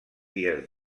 dies